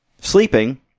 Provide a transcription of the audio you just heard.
sleeping